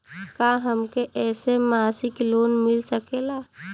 का हमके ऐसे मासिक लोन मिल सकेला?